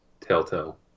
Telltale